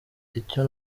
icyo